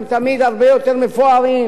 הם תמיד הרבה יותר מפוארים,